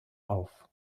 auf